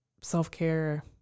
self-care